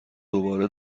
دوبار